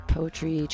Poetry